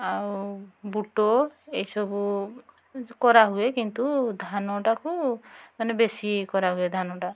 ଆଉ ବୁଟ ଏସବୁ କରାହୁଏ କିନ୍ତୁ ଧାନଟାକୁ ମାନେ ବେଶୀ କରାହୁଏ ଧାନଟା